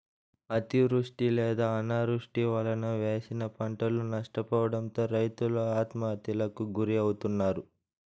అతివృష్టి లేదా అనావృష్టి వలన వేసిన పంటలు నష్టపోవడంతో రైతులు ఆత్మహత్యలకు గురి అవుతన్నారు